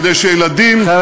כדי שילדים, אבל